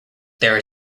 there